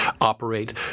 operate